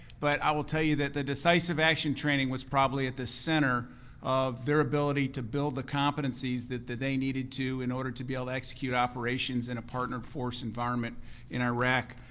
but i will tell you that the decisive action training was probably at the center of their ability to build the competencies that they needed to, in order to be able execute operations in a partnered force environment in iraq.